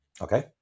okay